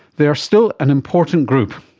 they are still an important group.